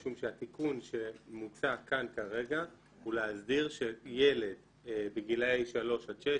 משום שהתיקון שמוצע כאן כרגע הוא להסדיר שילד בגילאי שלוש עד שש,